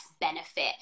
benefit